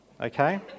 okay